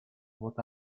what